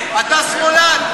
אתה שמאלן.